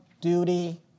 duty